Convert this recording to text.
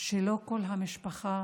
כל המשפחה